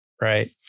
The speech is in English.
right